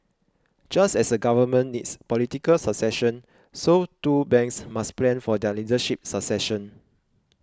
just as a Government needs political succession so too banks must plan for their leadership succession